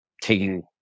taking